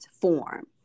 form